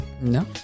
No